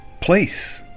place